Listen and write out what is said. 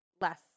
less